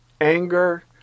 anger